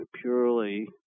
purely